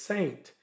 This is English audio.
Saint